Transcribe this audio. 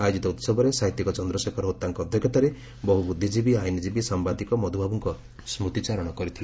ଆୟୋଜିତ ଉସବରେ ସାହିତ୍ୟିକ ଚନ୍ଦ୍ରଶେଖର ହୋତାଙ୍କ ଅଧ୍ୟକ୍ଷତାରେ ବହୁ ବୁଦ୍ଧିଜୀବୀ ଆଇନଜୀବୀ ସାମ୍ଘାଦିକ ମଧ୍ରବାବ୍ରଙ୍କ ସୁତିଚାରଣ କରିଥିଲେ